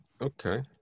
okay